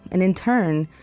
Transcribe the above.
and in turn,